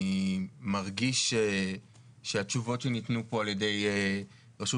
אני מרגיש שהתשובות שניתנו פה על ידי רשות